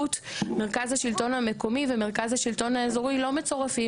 מרכז השלטון המקומי ומרכז השלטון האזורי לא מצורפים,